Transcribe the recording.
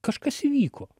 kažkas įvyko